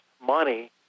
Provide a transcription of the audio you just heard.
money